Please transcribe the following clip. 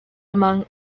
among